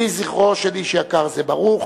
יהי זכרו של איש יקר זה ברוך.